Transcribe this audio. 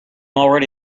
already